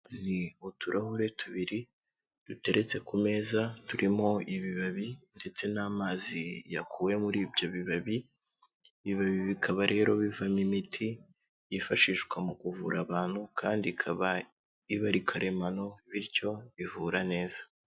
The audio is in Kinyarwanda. Ni uturahure tubiri duteretse ku meza, turimo ibibabi ndetse n'amazi yakuwe muri ibyo bibabi, ibibabi bikaba rero bivamo imiti, yifashishwa mu kuvura abantu kandi ikaba iba ari karemano bityo bivura neza.